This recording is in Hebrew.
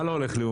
מה לא הולך לי,